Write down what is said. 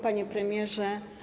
Panie Premierze!